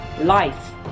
life